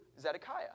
Zedekiah